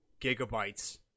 gigabytes